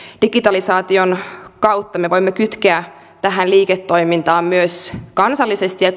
digitalisaation kautta me voimme kytkeä tähän liiketoimintaan myös kansallisesti ja